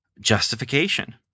justification